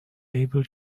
able